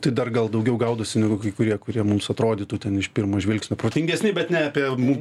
tai dar gal daugiau gaudosi negu kai kurie kurie mums atrodytų ten iš pirmo žvilgsnio protingesni bet ne apie mum